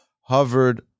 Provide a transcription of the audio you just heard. hovered